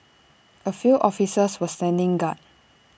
A few officers was standing guard